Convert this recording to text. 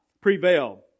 prevail